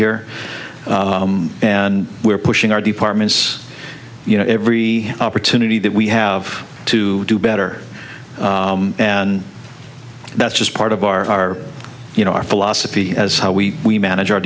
here and we're pushing our departments you know every opportunity that we have to do better and that's just part of our you know our philosophy as how we we manage our